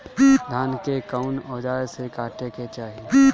धान के कउन औजार से काटे के चाही?